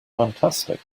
fantastic